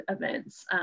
events